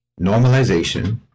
normalization